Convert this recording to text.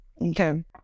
Okay